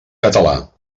català